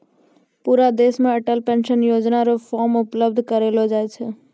पूरा देश मे अटल पेंशन योजना र फॉर्म उपलब्ध करयलो जाय छै